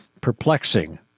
perplexing